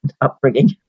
upbringing